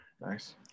Nice